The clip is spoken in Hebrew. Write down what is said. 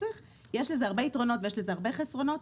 יש לזה הרבה יתרונות וגם הרבה חסרונות.